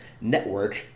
network